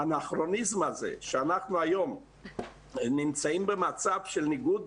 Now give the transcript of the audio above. האנכרוניזם הזה שאנחנו היום נמצאים במצב של ניגוד